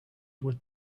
would